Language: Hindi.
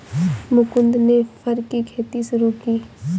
मुकुन्द ने फर की खेती शुरू की